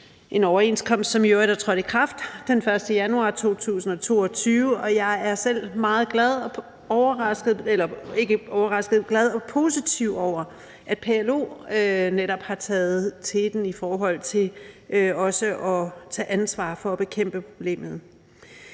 en overenskomst, som i øvrigt er trådt i kraft den 1. januar 2022. Og jeg er selv meget glad og positiv over, at PLO netop har taget teten i forhold til også at tage ansvar for at bekæmpe problemet.